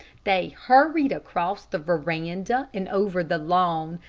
they hurried across the veranda and over the lawn,